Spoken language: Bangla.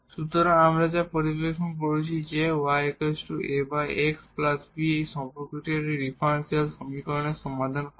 সুতরাং আমরা যা পর্যবেক্ষণ করেছি যে এই সম্পর্কটি এই ডিফারেনশিয়াল সমীকরণের সমাধান হবে